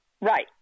Right